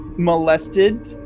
molested